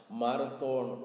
marathon